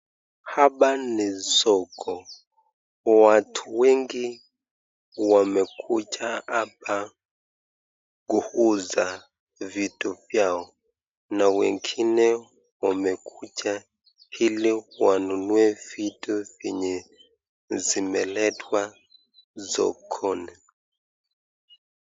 Hapa ni soko watu wengi wamekuja hapa kuuza vitu vyao na wengine wamekuja ili wananunue vitu vyenye zimeletwa sokoni.